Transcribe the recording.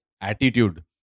attitude